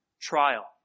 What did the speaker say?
trial